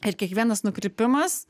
ir kiekvienas nukrypimas